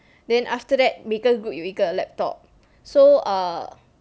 then after that 每个 group 有一个 laptop so err